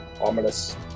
ominous